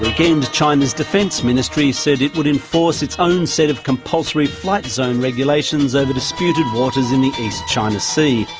weekend china's defence ministry said it would enforce its own set of compulsory flight zone regulations over disputed waters in the east china sea.